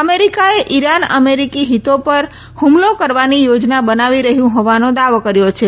અમેરીકાએ Iran અમેરીકી હિતો પર હુમલો કરવાની યોજના બનાવી રહ્યું હ્રોવાનો દાવો કર્યો છે